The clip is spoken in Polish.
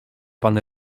pan